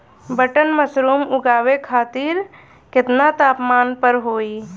Button mushroom उगावे खातिर केतना तापमान पर होई?